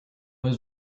his